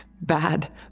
bad